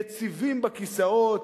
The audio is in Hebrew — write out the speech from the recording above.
יציבים בכיסאות.